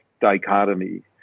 dichotomy